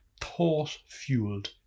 thought-fueled